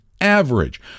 average